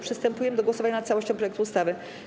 Przystępujemy do głosowania nad całością projektu ustawy.